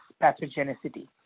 pathogenicity